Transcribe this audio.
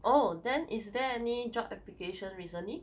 oh then is there any job application recently